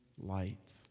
light